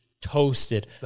toasted